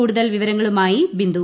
കൂടുതൽ വിവരങ്ങളുമായി ബിന്ദു